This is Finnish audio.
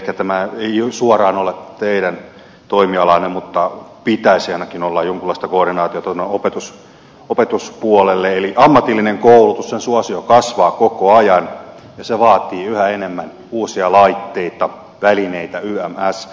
ehkä tämä ei suoraan kuulu teidän toimialaanne mutta pitäisi ainakin olla jonkunlaista koordinaatiota tuonne opetuspuolelle eli ammatillisen koulutuksen suosio kasvaa koko ajan ja se vaatii yhä enemmän uusia laitteita välineitä ynnä muuta sellaista